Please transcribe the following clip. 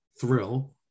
thrill